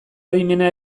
adimena